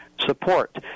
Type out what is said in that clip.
support